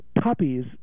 puppies